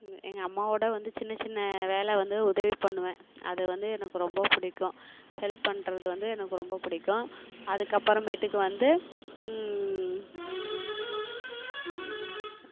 எங்கள் அம்மாவோடு வந்து சின்ன சின்ன வேலை வந்து உதவி பண்ணுவேன் அது வந்து எனக்கு ரொம்ப பிடிக்கும் ஹெல்ப் பண்ணுறது வந்து எனக்கு ரொம்ப பிடிக்கும் அதுக்கப்புறமேட்டுக்கு வந்து